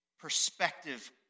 perspective